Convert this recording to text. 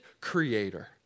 creator